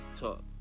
talk